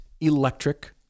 electric